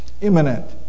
Imminent